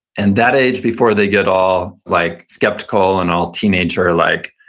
and that age before they get all like skeptical and all teenager-like,